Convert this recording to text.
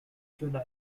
july